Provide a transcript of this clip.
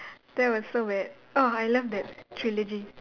that was so bad oh I loved that trilogy